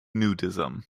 nudism